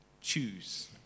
Choose